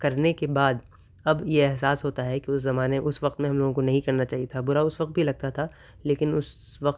کرنے کے بعد اب یہ احساس ہوتا ہے کہ اس زمانے اس وقت میں ہم لوگوں کو نہیں کرنا چاہیے تھا برا اس وقت بھی لگتا تھا لیکن اس وقت